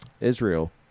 Israel